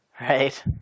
right